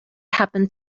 happened